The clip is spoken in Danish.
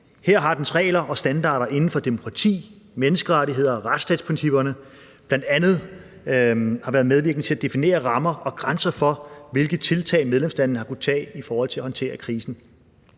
Her har dens regler og standarder inden for demokrati, menneskerettigheder og retsstatsprincipper bl.a. været medvirkende til at definere rammer og grænser for, hvilke tiltag medlemslandene har kunnet tage i forhold til at håndtere krisen.